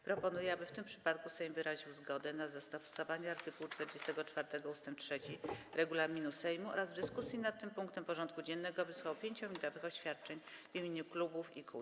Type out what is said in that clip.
Proponuję, aby w tym przypadku Sejm wyraził zgodę na zastosowanie art. 44 ust. 3 regulaminu Sejmu oraz w dyskusji nad tym punktem porządku dziennego wysłuchał 5-minutowych oświadczeń w imieniu klubów i kół.